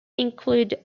include